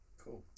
Cool